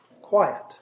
quiet